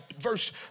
verse